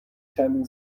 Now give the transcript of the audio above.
چندین